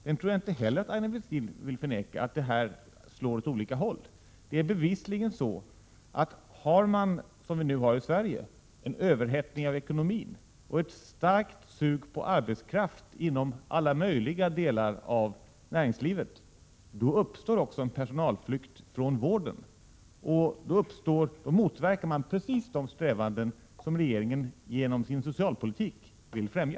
Jag tror inte att Aina Westin vill förneka att de slår åt olika håll. Det är bevisligen så att överhettningen av ekonomin i Sverige och det starka suget efter arbetskraft inom alla möjliga delar av näringslivet leder till en personalflykt från vården. Därmed motverkas just de strävanden som regeringen genom sin socialpolitik vill främja.